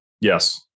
Yes